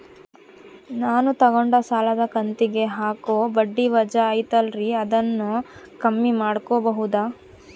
ನಾನು ತಗೊಂಡ ಸಾಲದ ಕಂತಿಗೆ ಹಾಕೋ ಬಡ್ಡಿ ವಜಾ ಐತಲ್ರಿ ಅದನ್ನ ಕಮ್ಮಿ ಮಾಡಕೋಬಹುದಾ?